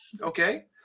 Okay